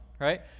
right